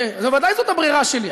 אז ודאי זאת הברירה שלי.